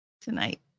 tonight